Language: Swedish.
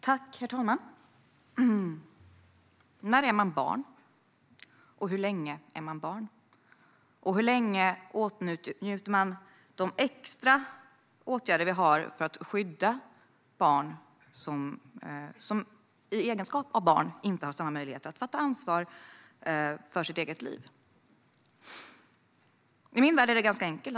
Herr talman! När är man barn, och hur länge är man barn? Hur länge åtnjuter man de extra åtgärder vi har för att skydda barn, som i egenskap av barn inte har samma möjligheter att ta ansvar för sitt eget liv? I min värld är det ganska enkelt.